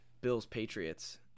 Bills-Patriots